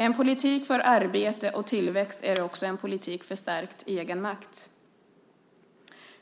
En politik för arbete och tillväxt är också en politik för stärkt egenmakt.